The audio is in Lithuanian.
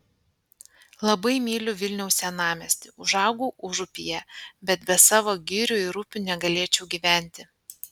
labai myliu vilniaus senamiestį užaugau užupyje bet be savo girių ir upių negalėčiau gyventi